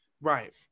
Right